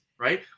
Right